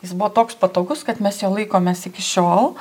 jis buvo toks patogus kad mes jo laikomės iki šiol